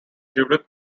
judith